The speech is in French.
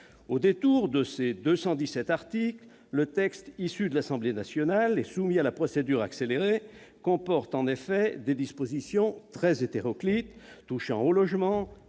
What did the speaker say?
Au détour de ses 217 articles, le texte issu de l'Assemblée nationale et soumis à la procédure accélérée comporte en effet des dispositions très hétéroclites, touchant au logement,